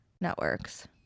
networks